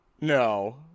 No